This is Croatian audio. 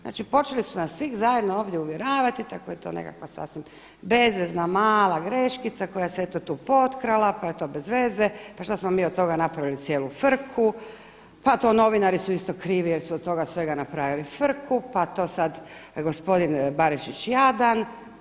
Znači, počeli su svih zajedno ovdje uvjeravati da je to nekakva sasvim bezvezna, mala greškica koja se eto tu potkrala, pa je to bez veze, pa što smo mi od toga napravili cijelu frku, pa to novinari su isto krivi jer su od svega toga napravili frku, pa to sada je gospodin Barišić jadan.